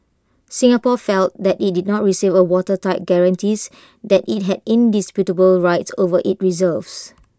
Singapore felt that IT did not receive watertight guarantees that IT had indisputable rights over its reserves